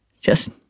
Just